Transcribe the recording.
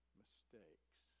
mistakes